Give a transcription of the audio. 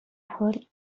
حال